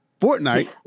Fortnite